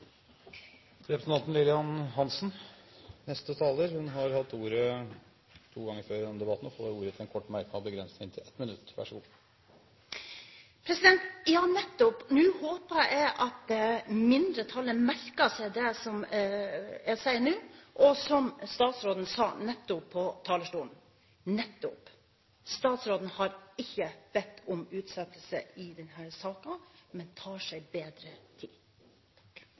Representanten Lillian Hansen har hatt ordet to ganger før i denne debatten og får ordet til en kort merknad, begrenset til 1 minutt. Nettopp! Nå håper jeg at mindretallet merker seg det jeg sier nå, og som statsråden nettopp sa på talerstolen. Statsråden har ikke bedt om utsettelse i denne saken, men tar seg bedre tid. Flere har ikke bedt om ordet til